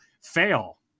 fail